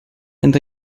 and